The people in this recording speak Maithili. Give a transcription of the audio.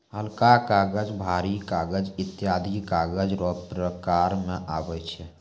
हलका कागज, भारी कागज ईत्यादी कागज रो प्रकार मे आबै छै